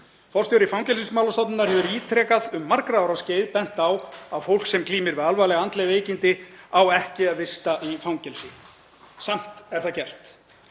Forstjóri Fangelsismálastofnunar hefur ítrekað um margra ára skeið bent á að fólk sem glímir við alvarleg andleg veikindi eigi ekki að vista í fangelsi. Samt er það gert.